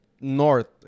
north